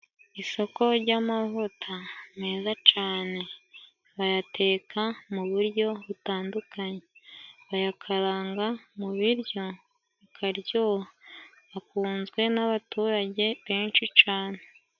Isoko ry'amavuta meza cane. Bayateka mu buryo butandukanye. Bayakaranga mu biryo bikaryoha, akunzwe n'abaturage benshi cane.